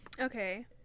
Okay